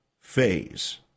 phase